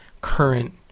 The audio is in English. current